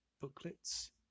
booklets